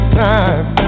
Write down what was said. time